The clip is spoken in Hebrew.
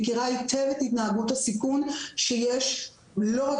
היא מכירה היטב את התנהגות הסיכון שיש לא רק